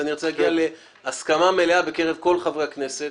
אני רוצה להגיע להסכמה מלאה בקרב כל חברי הכנסת.